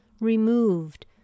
removed